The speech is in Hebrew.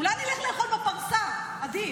אולי נלך לאכול בפרסה, עדיף.